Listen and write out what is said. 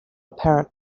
apparent